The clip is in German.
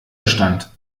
bestand